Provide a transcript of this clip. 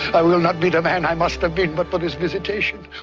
i will not be the man i must have been but for this visitation.